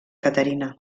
caterina